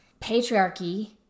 Patriarchy